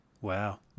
Wow